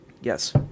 Yes